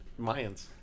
Mayans